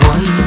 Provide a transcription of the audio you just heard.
One